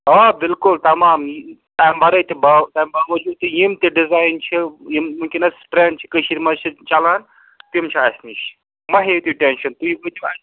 آ بِلکُل تَمام تَمہِ ورٲے تہِ باو تَمہِ باوجوٗد تہِ یِم تہِ ڈِزایِن چھِ یِم وُنکٮ۪نَس ٹرٛنٛڈ چھِ کٔشیٖر منٛز چھِ چَلان تِم چھِ اَسہِ نِش مَہ ہیٚیِو تُہۍ ٹٮ۪نٛشَن تُہۍ وٲتِو اَسہِ نِش